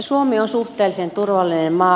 suomi on suhteellisen turvallinen maa